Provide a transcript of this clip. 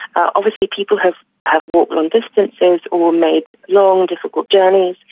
obviously people have have walked long distances or made long difficult journeys,